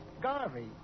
Garvey